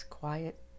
quiet